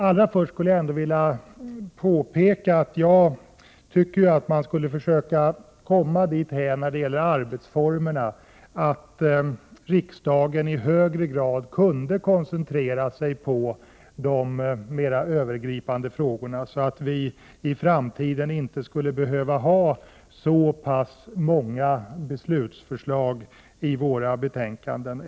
Allra först skulle jag dock vilja uttrycka den förhoppningen att vi kan komma dithän när det gäller arbetsformerna, att riksdagen i högre grad kan koncentrera sig på de övergripande frågorna. I framtiden skulle vi inte behöva ha så många beslutsförslag i våra betänkanden.